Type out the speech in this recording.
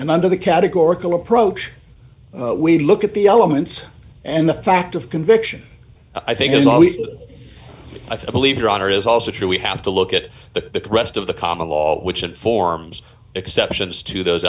and under the categorical approach we look at the elements and the fact of conviction i think i believe your honor is also true we have to look at the rest of the common law which informs exceptions to those